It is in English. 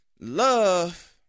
love